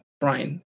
Brian